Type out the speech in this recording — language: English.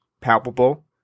palpable